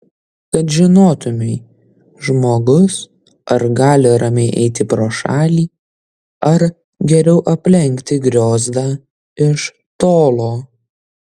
kad žinotumei žmogus ar gali ramiai eiti pro šalį ar geriau aplenkti griozdą iš tolo